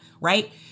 right